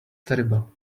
terrible